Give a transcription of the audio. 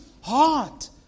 heart